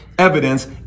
evidence